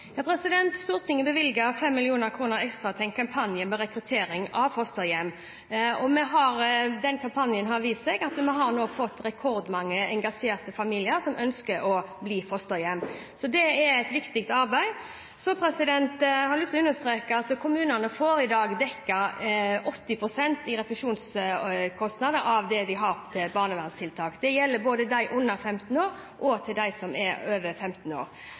Stortinget bevilget 5 mill. kr ekstra til en kampanje for rekruttering av fosterhjem. Etter den kampanjen har vi fått rekordmange engasjerte familier som ønsker å bli fosterhjem. Det er et viktig arbeid. Jeg har lyst til å understreke at kommunene får i dag refundert 80 pst. av kostnadene de har til barnevernstiltak. Det gjelder både de under 15 år og de som er over 15 år.